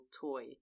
toy